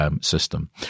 system